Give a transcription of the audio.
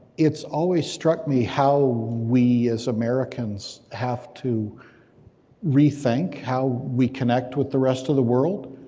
it's always struck me how we as americans have to rethink how we reconnect with the rest of the world,